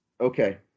Okay